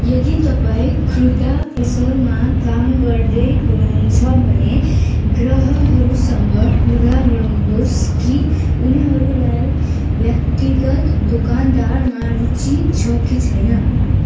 यदि तपाईँँ खुद्रा पसलमा काम गर्दै हुनुहुन्छ भने ग्राहकहरूसँग कुरा गर्नुहोस् कि उनीहरूलाई व्यक्तिगत दोकानदारमा रुचि छ कि छैन